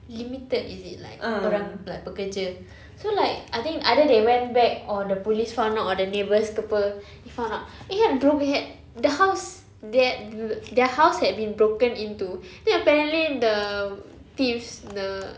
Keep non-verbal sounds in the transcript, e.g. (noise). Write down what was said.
limited is it like orang like pekerja so like I think either they went back or the police found out or the neighbours ke [pe] he found and he had the house they had (noise) the house had been broken into then apparently the thieves the